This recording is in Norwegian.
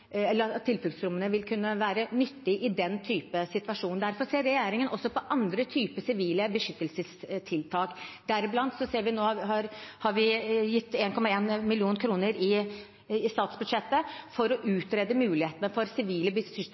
eller den type usikkerhet som vi har i samfunnet i dag, vil ikke tilfluktsrommene være nyttige i den type situasjon. Derfor ser regjeringen også på andre typer sivile beskyttelsestiltak. Deriblant har vi nå gitt 1,1 mill. kr i statsbudsjettet til å utrede mulighetene for sivile